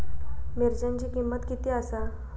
मिरच्यांची किंमत किती आसा?